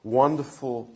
wonderful